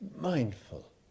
mindful